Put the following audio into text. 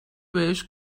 بهش